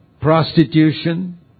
prostitution